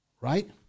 right